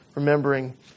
Remembering